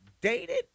Dated